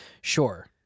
Sure